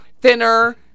thinner